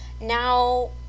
Now